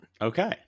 Okay